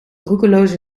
roekeloze